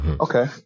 Okay